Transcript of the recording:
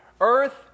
Earth